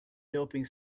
doping